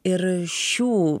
ir šių